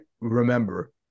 remember